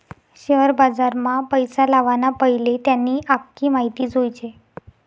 share बजारमा पैसा लावाना पैले त्यानी आख्खी माहिती जोयजे